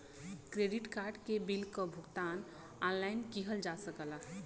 credit card के bill क भुगतान ऑनलाइन किहल जा सकला